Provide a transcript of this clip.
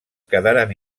quedaren